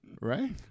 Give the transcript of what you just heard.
right